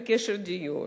בקשר לדיור: